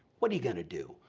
what're you gonna do?